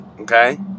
okay